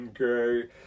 Okay